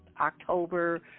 October